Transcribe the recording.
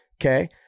Okay